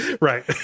Right